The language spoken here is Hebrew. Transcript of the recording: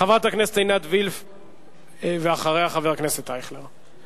חברת הכנסת עינת וילף, ואחריה, חבר הכנסת אייכלר.